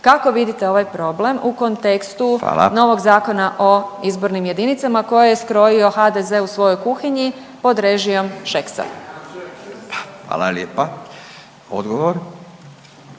Kako vidite ovaj problem u kontekstu …/Upadica: Hvala./… novog Zakona o izbornim jedinicama koje je skrojio HDZ u svojoj kuhinji pod režijom Šeksa? **Radin, Furio